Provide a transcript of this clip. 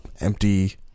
empty